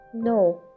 No